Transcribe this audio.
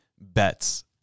bets